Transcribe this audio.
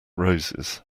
roses